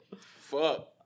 Fuck